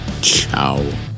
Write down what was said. Ciao